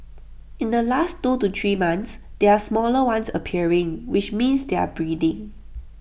in the last two to three months there are smaller ones appearing which means they are breeding